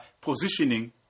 positioning